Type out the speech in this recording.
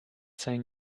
saying